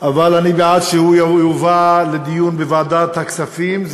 אבל אני בעד שהוא יובא לדיון בוועדת הכספים,